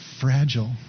fragile